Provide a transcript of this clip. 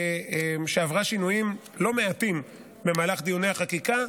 שעברה שינויים לא מעטים במהלך דיוני החקיקה.